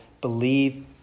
believe